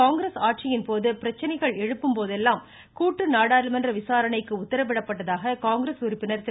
காங்கிரஸ் ஆட்சியின் போது பிரச்சினைகள் எழும்போதெல்லாம் நாடாளுமன்ற விசாரணைக்கு உத்தரவிடப்பட்டதாக காங்கிரஸ் உறுப்பினர் கட்டு திரு